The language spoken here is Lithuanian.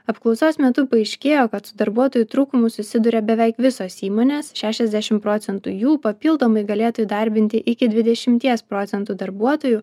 apklausos metu paaiškėjo kad su darbuotojų trūkumu susiduria beveik visos įmonės šešiasdešim procentų jų papildomai galėtų įdarbinti iki dvidešimties procentų darbuotojų